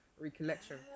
recollection